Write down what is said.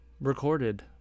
recorded